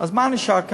אז מה נשאר כאן?